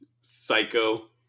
psycho